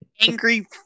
Angry